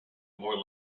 more